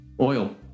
Oil